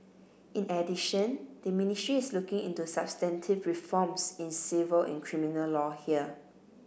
in addition the ministry is looking into substantive reforms in civil and criminal law here